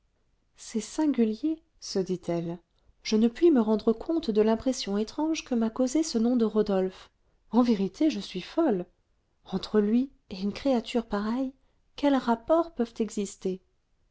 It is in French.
c'est singulier se dit-elle je ne puis me rendre compte de l'impression étrange que m'a causée ce nom de rodolphe en vérité je suis folle entre lui et une créature pareille quels rapports peuvent exister